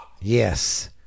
yes